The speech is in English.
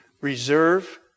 reserve